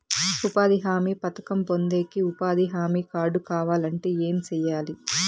ఉపాధి హామీ పథకం పొందేకి ఉపాధి హామీ కార్డు కావాలంటే ఏమి సెయ్యాలి?